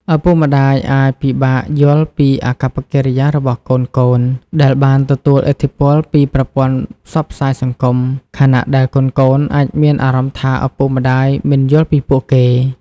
ឪពុកម្តាយអាចពិបាកយល់ពីអាកប្បកិរិយារបស់កូនៗដែលបានទទួលឥទ្ធិពលពីប្រព័ន្ធផ្សព្វផ្សាយសង្គម ខណៈដែលកូនៗអាចមានអារម្មណ៍ថាឪពុកម្តាយមិនយល់ពីពួកគេ។